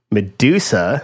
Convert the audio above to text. Medusa